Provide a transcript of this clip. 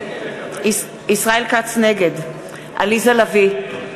נגד עליזה לביא,